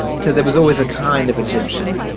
so there was always a kind of egyptian,